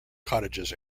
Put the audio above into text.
cottages